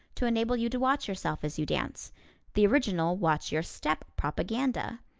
to enable you to watch yourself as you dance the original watch your step propaganda.